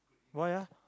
why ah